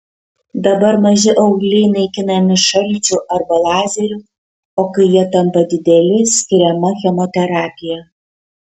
dabar maži augliai naikinami šalčiu arba lazeriu o kai jie tampa dideli skiriama chemoterapija